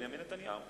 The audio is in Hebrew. בנימין נתניהו.